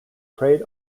prayed